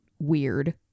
weird